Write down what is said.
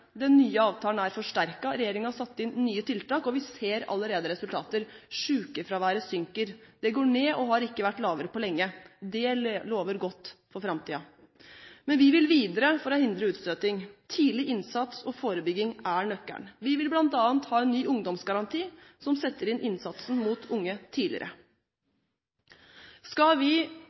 Den nye avtalen er forsterket, regjeringen har satt inn nye tiltak, og vi ser allerede resultater: Sykefraværet synker; det går ned og har ikke vært lavere på lenge. Det lover godt for framtiden. Men vi vil videre for å hindre utstøting. Tidlig innsats og forebygging er nøkkelen. Vi vil bl.a. ha en ny ungdomsgaranti, som setter inn innsatsen mot unge tidligere. Skal vi